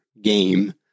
game